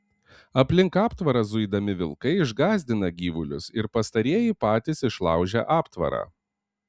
aplink aptvarą zuidami vilkai išgąsdina gyvulius ir pastarieji patys išlaužia aptvarą